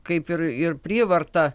kaip ir ir prievartą